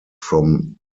from